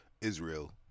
Israel